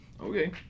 Okay